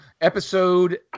episode